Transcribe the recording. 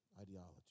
ideology